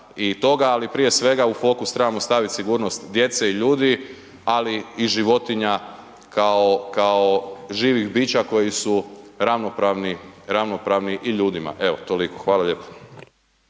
ali prije sve u fokus trebamo staviti sigurnost djece i ljudi, ali i životinja kao živih bića koji su ravnopravni, ravnopravni i ljudima. Evo toliko, hvala lijepo.